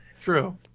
True